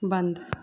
बंद